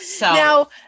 now